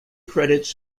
credits